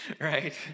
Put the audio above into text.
right